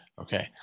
Okay